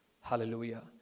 Hallelujah